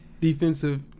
defensive